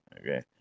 okay